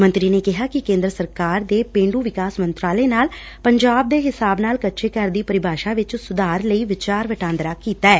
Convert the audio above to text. ਮੰਤਰੀ ਨੇ ਕਿਹਾ ਕਿ ਕੇਂਦਰ ਸਰਕਾਰ ਦੇ ਪੇਂਡੁ ਵਿਕਾਸ ਮੰਤਰਾਲੇ ਨਾਲ ਪੰਜਾਬ ਦੇ ਹਿਸਾਬ ਨਾਲ ਕੱਚੇ ਘਰ ਦੀ ਪਰਿਭਾਸ਼ਾ ਵਿਚ ਸੁਧਾਰ ਲਈ ਵਿਚਾਰ ਵਟਾਂਦਰਾ ਕੀਤੈ